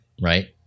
right